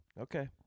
Okay